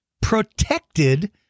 protected